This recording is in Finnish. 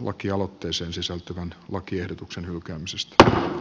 lakialoitteeseen sisältyvän lakiehdotuksen hylkäämisestä